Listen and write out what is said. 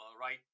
right